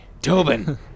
Tobin